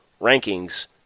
rankings –